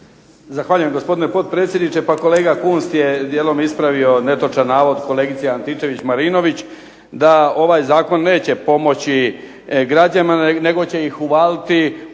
Zahvaljujem gospodine potpredsjedniče. Kolega Kunst je djelom ispravio netočan navod kolegice Antičević-Marinović da ovaj zakon neće pomoći građanima nego će ih uvaliti u nove